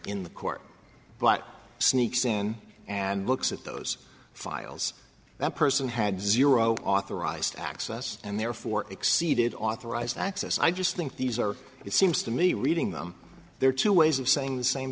in the court but sneaks in and looks at those files that person had zero authorized access and therefore exceeded authorized access i just think these are it seems to me reading them there are two ways of saying the same